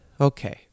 okay